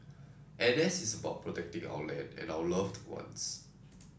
N S is about protecting our land and our loved ones